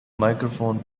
microphone